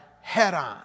head-on